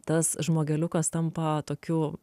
tas žmogeliukas tampa tokiu